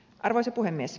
arvoisa puhemies